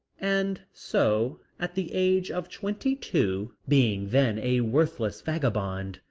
and so at the age of twenty-two, being then a worthless vagabond,